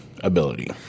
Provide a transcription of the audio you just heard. ability